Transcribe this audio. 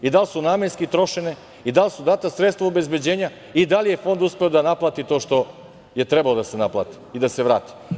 I da li su namenski trošene i da li su data sredstva obezbeđenja i da li je Fond uspeo da naplati to što je trebalo da se naplati i da se vrati?